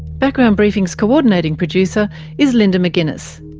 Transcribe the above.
background briefing's co-ordinating producer is linda mcginness,